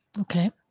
Okay